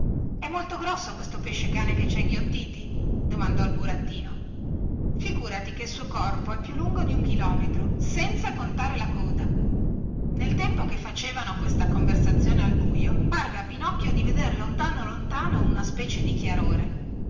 è molto grosso questo pesce-cane che ci ha inghiottiti domandò il burattino figùrati che il suo corpo è più lungo di un chilometro senza contare la coda nel tempo che facevano questa conversazione al buio parve a pinocchio di veder lontan lontano una specie di chiarore